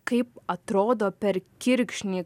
kaip atrodo per kirkšnį